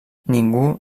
ningú